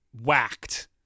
whacked